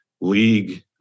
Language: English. league